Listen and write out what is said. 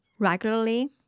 regularly